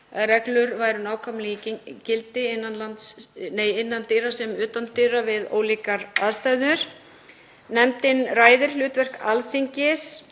reglur væru nákvæmlega í gildi innan dyra sem utan dyra við ólíkar aðstæður. Nefndin ræðir hlutverk Alþingis